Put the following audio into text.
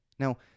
Now